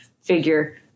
figure